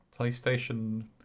PlayStation